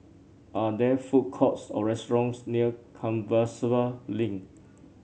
are there food courts or restaurants near Compassvale Link